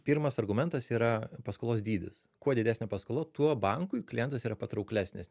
pirmas argumentas yra paskolos dydis kuo didesnė paskola tuo bankui klientas yra patrauklesnis